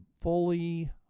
fully